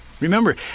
Remember